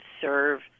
serve